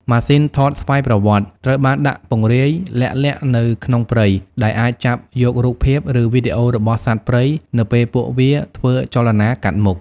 ម៉ាស៊ីនថតស្វ័យប្រវត្តិត្រូវបានដាក់ពង្រាយលាក់ៗនៅក្នុងព្រៃ ដែលអាចចាប់យករូបភាព ឬវីដេអូរបស់សត្វព្រៃនៅពេលពួកវាធ្វើចលនាកាត់មុខ។